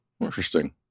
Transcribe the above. interesting